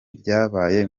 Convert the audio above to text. byabaye